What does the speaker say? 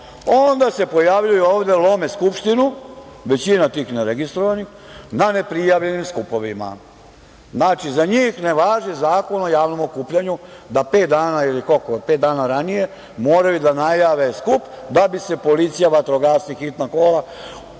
Onda se pojavljuje ovde, lome Skupštinu, većina tih neregistrovanih na neprijavljenim skupovima. Znači, za njih ne važi Zakon o javnom okupljanju da pet dana ili koliko moraju da najave skup da bi se policija, vatrogasci, hitna kola